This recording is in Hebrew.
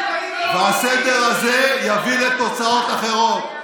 והסדר הזה יביא לתוצאות אחרות.